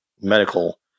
medical